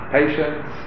patience